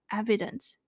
evidence